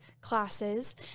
classes